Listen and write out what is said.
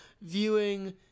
viewing